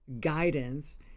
guidance